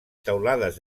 teulades